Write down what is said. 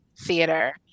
theater